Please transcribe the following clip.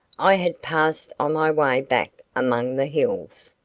i had passed on my way back among the hills.